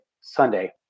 Sunday